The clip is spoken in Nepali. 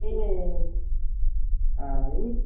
ए अँ है